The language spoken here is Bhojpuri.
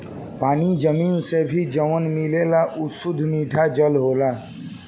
पानी जमीन से भी जवन मिलेला उ सुद्ध मिठ जल होला